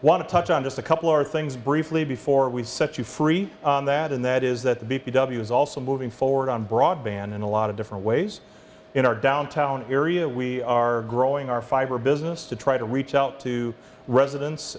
want to touch on just a couple are things briefly before we set you free that and that is that the b p w is also moving forward on broadband in a lot of different ways in our downtown area we are growing our fiber business to try to reach out to residen